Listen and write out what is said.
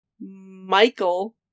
Michael